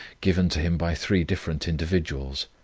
given to him by three different individuals.